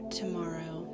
tomorrow